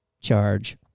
Charge